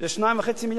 יותר, זה 3 מיליארד שקל,